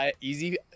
easy